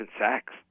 sacks